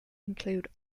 include